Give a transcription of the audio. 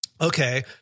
okay